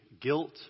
guilt